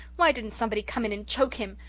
why didn't somebody come in and choke him?